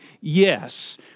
yes